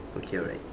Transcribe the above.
okay alright